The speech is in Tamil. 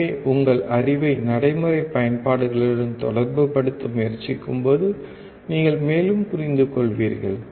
எனவே உங்கள் அறிவை நடைமுறை பயன்பாடுகளுடன் தொடர்புபடுத்த முயற்சிக்கும்போது நீங்கள் மேலும் புரிந்துகொள்வீர்கள்